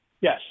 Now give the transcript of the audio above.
yes